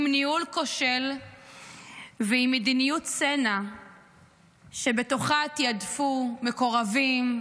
עם ניהול כושל ועם מדיניות צנע שבתוכה תעדפו מקורבים,